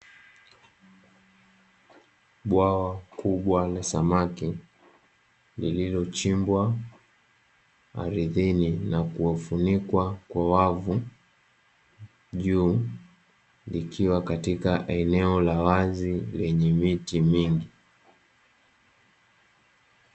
Bwawa kubwa la samaki lililochimbwa ardhini, na kufunikwa kwa wavu juu likiwa katika eneo la wazi lenye miti mingi.